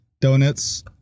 Donuts